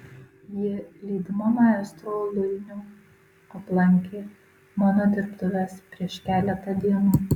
ji lydima maestro luinio aplankė mano dirbtuves prieš keletą dienų